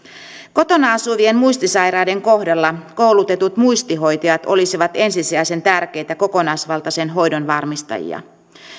kotona asuvien muistisairaiden kohdalla koulutetut muistihoitajat olisivat ensisijaisen tärkeitä kokonaisvaltaisen hoidon varmistajia